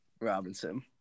Robinson